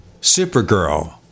Supergirl